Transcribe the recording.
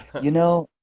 you know,